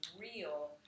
real